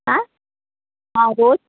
आँय हँ रोज